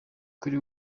kuri